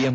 M